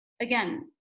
again